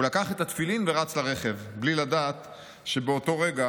הוא לקח את התפילין ורץ לרכב בלי לדעת שבאותו רגע